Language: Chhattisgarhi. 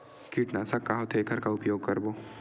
कीटनाशक का होथे एखर का उपयोग करबो?